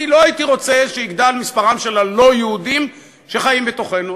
אני לא הייתי רוצה שיגדל מספרם של הלא-יהודים שחיים בתוכנו.